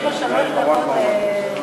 אתם נהנים מהשקט.